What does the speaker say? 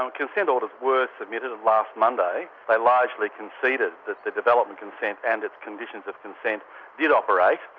um consent orders were submitted of last monday. they largely conceded that the development consent and its conditions of consent did operate,